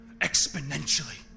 exponentially